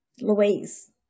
Louise